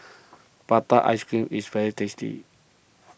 Prata Ice Cream is very tasty